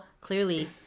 clearly